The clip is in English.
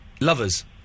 Lovers